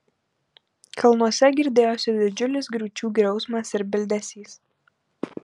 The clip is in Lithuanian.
kalnuose girdėjosi didžiulis griūčių griausmas ir bildesys